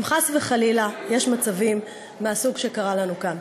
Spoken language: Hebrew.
אם חס וחלילה יש מצבים מהסוג שקרה לנו כאן.